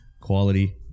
Quality